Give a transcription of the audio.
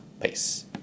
Peace